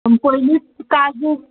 पयलीत काजू